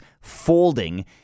folding